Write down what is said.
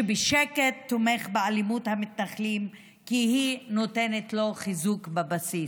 שבשקט תומך באלימות המתנחלים כי היא נותנת לו חיזוק בבסיס,